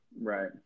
Right